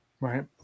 Right